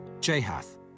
Jehath